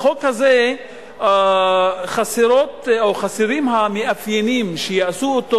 שבחוק הזה חסרים המאפיינים שיעשו אותו